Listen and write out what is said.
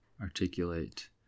articulate